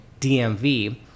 DMV